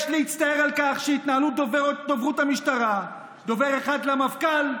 יש להצטער על שזו התנהלות דוברות המשטרה: דובר אחד למפכ"ל,